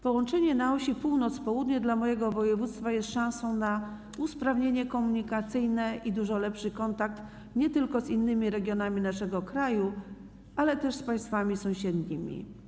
Połączenie na osi Północ - Południe dla mojego województwa jest szansą na usprawnienie komunikacyjne i dużo lepszy kontakt nie tylko z innymi regionami naszego kraju, ale też z państwami sąsiednimi.